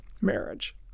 marriage